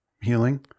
healing